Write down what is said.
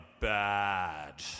bad